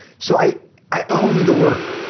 so i i owned the word.